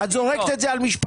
את זורקת את זה על משפחות?